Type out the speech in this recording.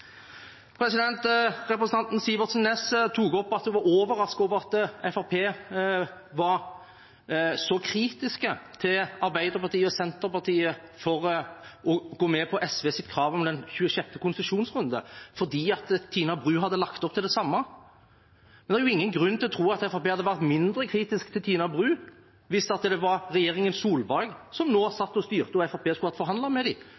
Representanten Sivertsen Næss tok opp at hun var overrasket over at Fremskrittspartiet var så kritisk til Arbeiderpartiet og Senterpartiet for å gå med på SVs krav om den 26. konsesjonsrunden, for Tina Bru hadde lagt opp til det samme. Det er jo ingen grunn til å tro at Fremskrittspartiet hadde vært mindre kritisk til Tina Bru, hvis det var regjeringen Solberg som nå satt og styrte, og Fremskrittspartiet som hadde forhandlet med